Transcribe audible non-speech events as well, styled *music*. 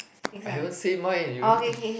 I haven't say mine you *noise*